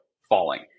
falling